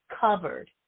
covered